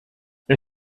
wer